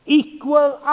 equal